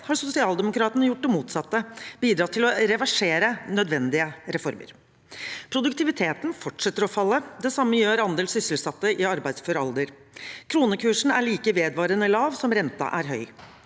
har sosialdemokratene gjort det motsatte og bidratt til å reversere nødvendige reformer. Produktiviteten fortsetter å falle. Det samme gjør andel sysselsatte i arbeidsfør alder. Kronekursen er like vedvarende lav som renten er høy.